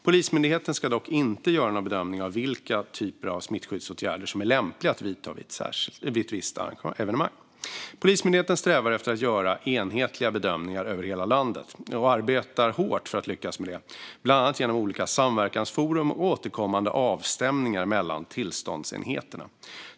Polismyndigheten ska dock inte göra några bedömningar av vilka typer av smittskyddsåtgärder som är lämpliga att vidta vid ett visst evenemang. Polismyndigheten strävar efter att göra enhetliga bedömningar över hela landet och arbetar hårt för att lyckas med det, bland annat genom olika samverkansforum och återkommande avstämningar mellan tillståndsenheterna.